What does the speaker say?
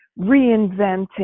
reinventing